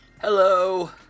hello